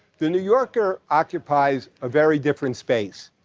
the new yorker occupies a very different space.